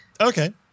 Okay